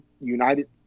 United